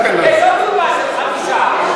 להפך, יש עוד דוגמה של חמישה.